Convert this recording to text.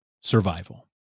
Survival